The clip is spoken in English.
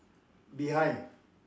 behind